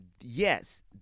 yes